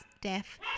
deaf